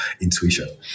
intuition